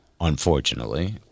unfortunately